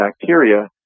bacteria